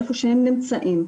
איפה שהם נמצאים,